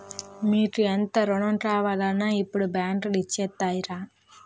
మీకు ఎంత రుణం కావాలన్నా ఇప్పుడు బాంకులు ఇచ్చేత్తాయిరా